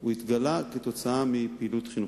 הוא התגלה כתוצאה מפעילות חינוכית.